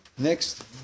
Next